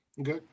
Okay